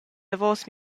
davos